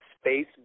Space